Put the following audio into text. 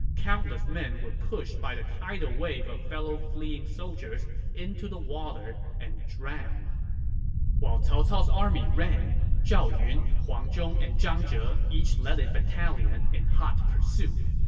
countless men were pushed by the tidal wave of fellow fleeing soldiers into the water and drowned while cao cao's army ran, zhao yun, huang zhong, and zhang zhe zhe each led a battalion in hot pursuit.